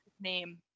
name